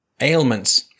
ailments